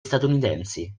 statunitensi